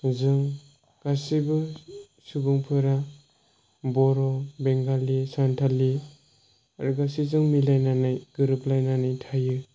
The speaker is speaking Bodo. जों गासैबो सुबुंफोरा बर' बेंगलि सानथालि लोगोसे जों मिलायनानै गोरोबलायनानै थायो